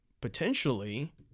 potentially